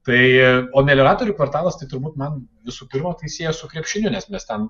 tai o melioratorių kvartalas tai turbūt man visų pirma tai siejas su krepšiniu nes mes ten